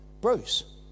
Bruce